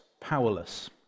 powerless